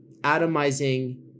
atomizing